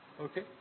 Okay